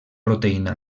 proteïna